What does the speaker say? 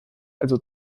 also